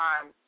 time